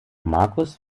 markus